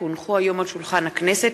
כי הונחו היום על שולחן הכנסת,